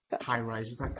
high-rises